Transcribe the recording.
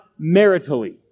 maritally